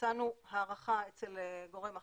מצאנו הערכה אצל גורם אחר,